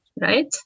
right